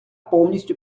повністю